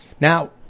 Now